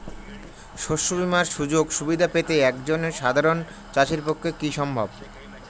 শস্য বীমার সুযোগ সুবিধা পেতে একজন সাধারন চাষির পক্ষে কি সম্ভব?